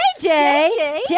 JJ